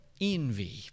envy